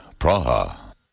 Praha